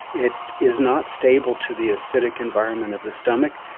it is not stable to the acidic environment of the stomach,